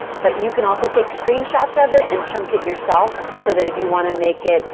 but you can also take screen shots of it and chunk it yourself so that if you want to make it